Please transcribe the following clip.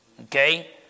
okay